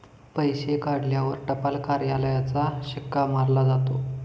पैसे काढल्यावर टपाल कार्यालयाचा शिक्का मारला जातो